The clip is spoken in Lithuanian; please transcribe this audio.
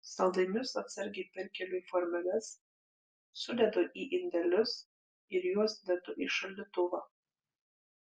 saldainius atsargiai perkeliu į formeles sudedu į indelius ir juos dedu į šaldytuvą